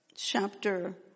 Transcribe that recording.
Chapter